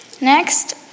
Next